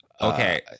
Okay